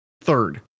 Third